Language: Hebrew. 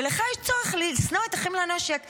ולך יש צורך לשנוא את אחים לנשק,